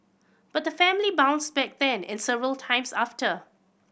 but the family bounced back then and several times after